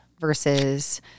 versus